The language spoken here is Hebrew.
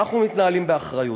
אנחנו מתנהלים באחריות.